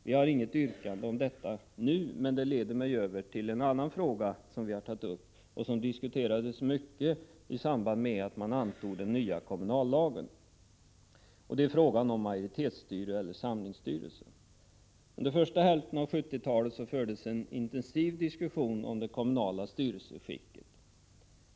Vi har inget yrkande om detta nu, men det leder mig till en annan fråga som vi har tagit upp och som diskuterades mycket i samband med att den nya kommunallagen antogs. Det är frågan om majoritetsstyre eller samlingsstyre. Under första hälften av 1970-talet fördes en intensiv diskussion om det kommunala styrelseskicket.